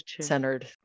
centered